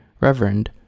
Reverend